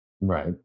Right